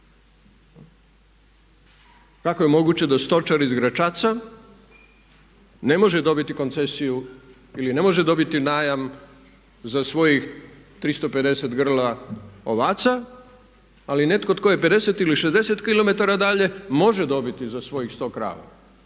Kako je moguće da stočar iz Gračaca ne može dobiti koncesiju ili ne može dobiti najam za svojih 350 grla ovaca ali netko tko je 50 ili 60 km dalje može dobiti za svojih 100 krava